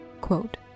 Quote